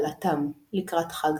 בשל היותו מנהג בלבד.